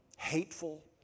Hateful